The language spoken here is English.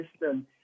system